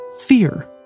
fear